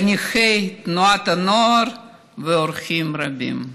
חניכי תנועות הנוער ואורחים רבים,